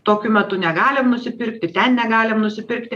tokiu metu negalim nusipirkti ten negalim nusipirkti